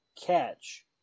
catch